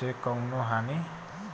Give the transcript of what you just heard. से कवनों हानि?